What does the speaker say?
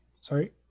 Sorry